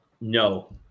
No